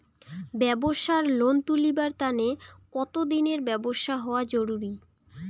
ব্যাবসার লোন তুলিবার তানে কতদিনের ব্যবসা হওয়া জরুরি?